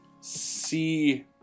see